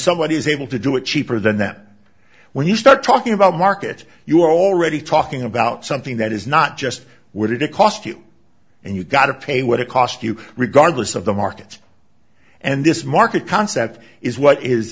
somebody is able to do it cheaper than that when you start talking about market you are already talking about something that is not just where did it cost you and you got to pay what it cost you regardless of the markets and this market concept is what is